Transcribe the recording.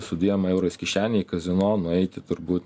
su dviem eurais kišenėj kazino nueiti turbūt